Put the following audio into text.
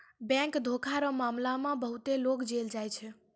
bank धोखा रो मामला मे बहुते लोग जेल जाय छै